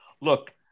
look